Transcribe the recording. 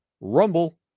Rumble